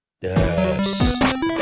Yes